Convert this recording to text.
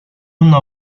una